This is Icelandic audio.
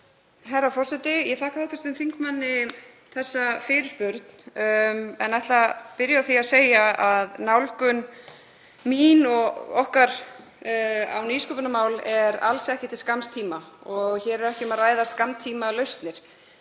Herra forseti. Ég þakka hv. þingmanni þessa fyrirspurn en ætla að byrja á því að segja að nálgun mín og okkar á nýsköpunarmál er alls ekki til skamms tíma. Hér er ekki um að ræða skammtímalausnir.